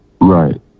Right